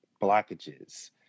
blockages